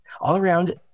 all-around